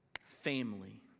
family